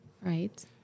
Right